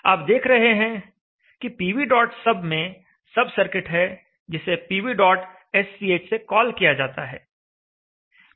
आप देख रहे हैं कि pvsub में सब सर्किट है जिसे pvsch से कॉल किया जाता है